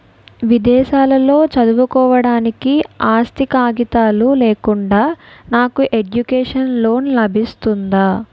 విదేశాలలో చదువుకోవడానికి ఆస్తి కాగితాలు లేకుండా నాకు ఎడ్యుకేషన్ లోన్ లబిస్తుందా?